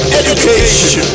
education